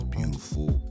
beautiful